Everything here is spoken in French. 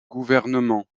gouvernement